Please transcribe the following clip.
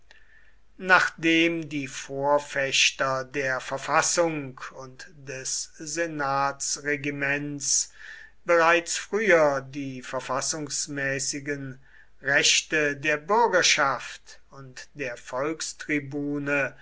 nachdem die vorfechter der verfassung und des senatsregiments bereits früher die verfassungsmäßigen rechte der bürgerschaft und der